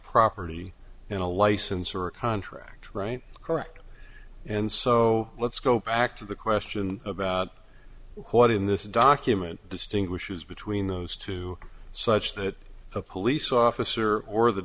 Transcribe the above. property and a license or a contract right correct and so let's go back to the question about what in this document distinguishes between those two such that a police officer or the